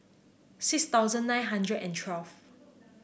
six thousand nine hundred and twelve